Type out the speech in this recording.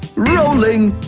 rolling